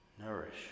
Nourish